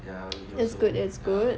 ya we also ah